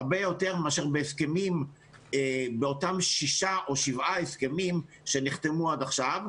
הרבה יותר מאשר באותם שישה או שבעה הסכמים שנחתמו עד עכשיו,